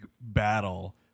battle